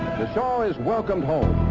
the shah is welcome home.